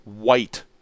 white